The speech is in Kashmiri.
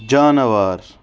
جاناوار